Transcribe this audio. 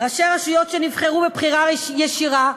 ראשי רשויות, שנבחרו בבחירה ישירה,